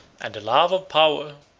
and the love of power,